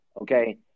okay